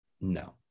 No